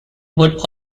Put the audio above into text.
would